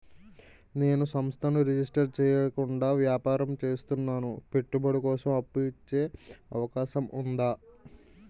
నేను సంస్థను రిజిస్టర్ చేయకుండా వ్యాపారం చేస్తున్నాను పెట్టుబడి కోసం అప్పు ఇచ్చే అవకాశం ఉందా?